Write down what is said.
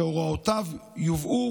שהוראותיו יובאו